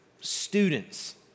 students